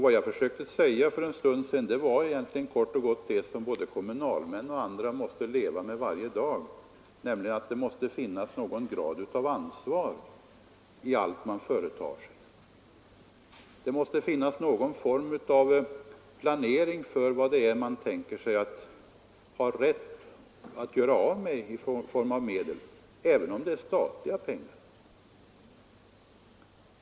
Vad jag försökte säga för en stund sedan var kort och gott det som både kommunalmän och andra måste leva med varje dag, nämligen att det måste finnas någon grad av ansvar i allt man företar sig. Det måste finnas någon form av planering för hur stora medel man anser sig ha rätt att göra av med även om det är statliga pengar.